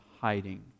hiding